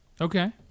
Okay